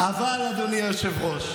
אדוני היושב-ראש,